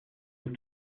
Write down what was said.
nous